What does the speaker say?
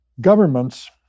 Governments